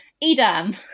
edam